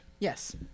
Yes